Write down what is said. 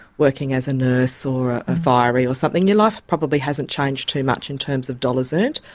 working as a nurse or firey or something, your life probably hasn't changed too much in terms of dollars earned,